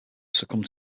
succumbed